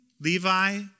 Levi